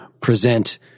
present